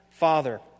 father